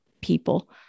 people